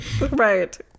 Right